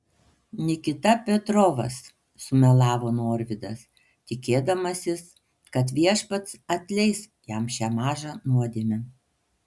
nikita petrovas sumelavo norvydas tikėdamasis kad viešpats atleis jam šią mažą nuodėmę